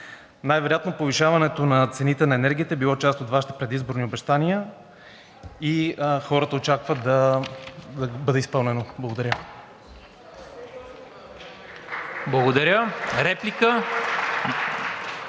Най-вероятно повишаването на цените на енергията е било част от Вашите предизборни обещания и хората очакват да бъде изпълнено. Благодаря.